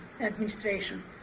administration